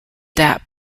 that